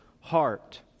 heart